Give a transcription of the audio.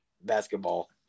basketball